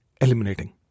eliminating